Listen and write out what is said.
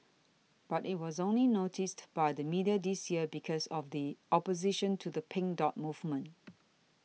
but it was only noticed by the media this year because of the opposition to the Pink Dot movement